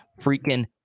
freaking